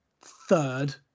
third